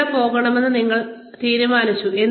എവിടെ പോകണമെന്ന് നിങ്ങൾ തീരുമാനിച്ചു